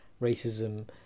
racism